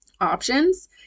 options